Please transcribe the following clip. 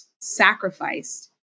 sacrificed